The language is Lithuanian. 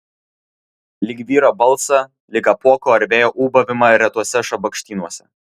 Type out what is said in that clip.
lyg vyro balsą lyg apuoko ar vėjo ūbavimą retuose šabakštynuose